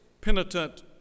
penitent